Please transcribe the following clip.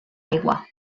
aigua